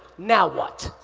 now what?